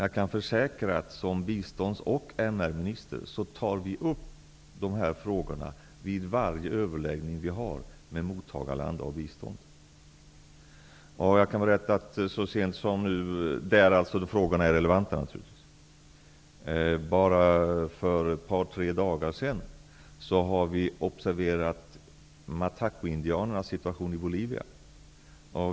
Jag kan försäkra att jag som bistånds och MR-minister tar upp dessa frågor, i det fall frågan är relevant, vid varje överläggning vi har med ett land som mottager bistånd. Jag kan berätta att vi så sent som för ett par tre dagar sedan har observerat indianernas situation i Bolivia.